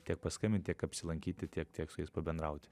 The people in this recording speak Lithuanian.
tiek paskambint tiek apsilankyti tiek tiek su jais pabendrauti